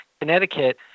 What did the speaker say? Connecticut